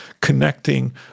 connecting